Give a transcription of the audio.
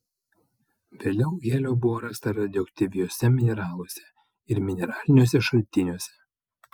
vėliau helio buvo rasta radioaktyviuose mineraluose ir mineraliniuose šaltiniuose